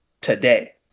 today